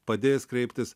padės kreiptis